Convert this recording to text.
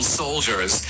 soldiers